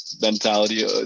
mentality